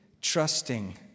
trusting